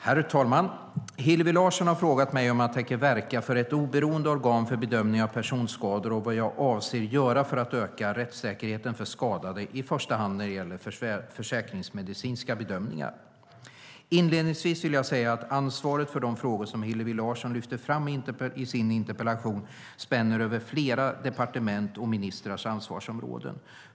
Herr talman! Hillevi Larsson har frågat mig om jag tänker verka för ett oberoende organ för bedömning av personskador och vad jag avser att göra för att öka rättssäkerheten för skadade - i första hand när det gäller försäkringsmedicinska bedömningar. Inledningsvis vill jag säga att ansvaret för de frågor som Hillevi Larsson lyfter fram i sin interpellation spänner över flera departementet och ministrars ansvarsområden.